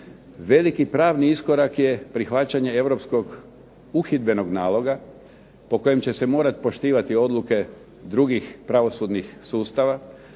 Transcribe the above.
Veliki pravni iskorak je prihvaćanje europskog uhidbenog naloga, po kojem će se morati poštivati odluke drugih pravosudnih sustava,